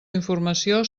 informació